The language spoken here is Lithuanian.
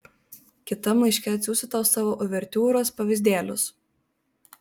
kitam laiške atsiųsiu tau savo uvertiūros pavyzdėlius